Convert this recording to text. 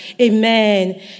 Amen